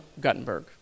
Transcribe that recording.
Guttenberg